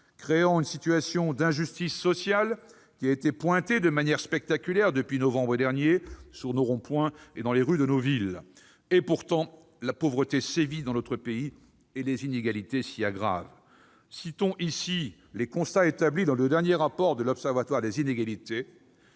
créant une situation d'injustice sociale qui a été relevée de manière spectaculaire depuis novembre dernier sur nos ronds-points et dans les rues de nos villes. La pauvreté sévit dans notre pays et les inégalités s'y aggravent. Citons les constats établis dans le dernier rapport de l'Observatoire des inégalités